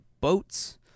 boats